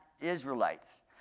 Israelites